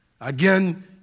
Again